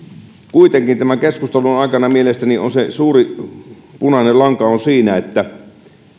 kuitenkin tämän keskustelun aikana mielestäni se suuri punainen lanka on siinä että